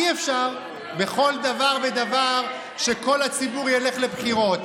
אי-אפשר בכל דבר ודבר שכל הציבור ילך לבחירות.